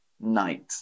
night